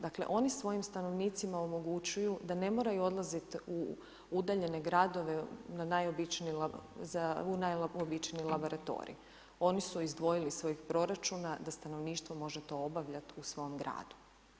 Dakle, oni svojim stanovnicima omogućuju da ne moraju odlazit u udaljene gradove na najobičniji, u najobičniji laboratorij, oni su izdvojili iz svojih proračuna da stanovništvo može to obavljat u svom gradu.